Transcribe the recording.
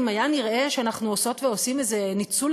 אם היה נראה שאנחנו עושות ועושים איזה ניצול